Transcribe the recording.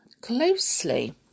closely